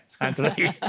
Anthony